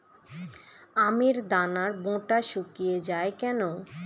আমের দানার বোঁটা শুকিয়ে য়ায় কেন?